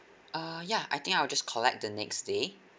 err ya I think I'll just collect the next day